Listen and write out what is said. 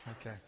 Okay